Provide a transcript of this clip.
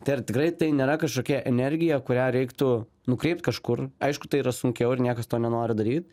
tai ar tikrai tai nėra kažkokia energija kurią reiktų nukreipt kažkur aišku tai yra sunkiau ir niekas to nenori daryt